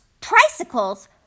tricycles